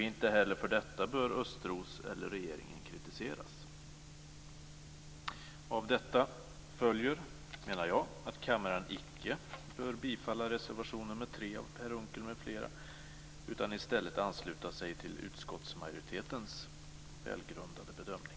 Inte heller för detta bör Östros eller regeringen kritiseras. Av detta följer att kammaren icke bör godkänna motiveringen i reservation nr 3 av Per Unckel m.fl. utan i stället ansluta sig till utskottsmajoritetens välgrundade bedömning.